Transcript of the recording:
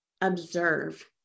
observe